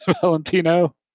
Valentino